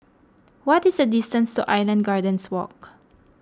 what is the distance Island Gardens Walk